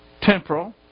temporal